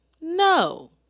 No